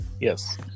Yes